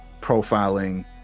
profiling